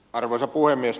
arvoisa puhemies